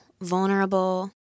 vulnerable